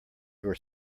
your